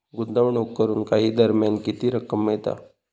गुंतवणूक करून काही दरम्यान किती रक्कम मिळता?